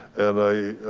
and i